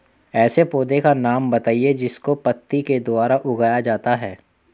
ऐसे पौधे का नाम बताइए जिसको पत्ती के द्वारा उगाया जाता है